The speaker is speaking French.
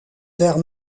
vers